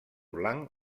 blanc